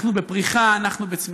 אנחנו בפריחה, אנחנו בצמיחה.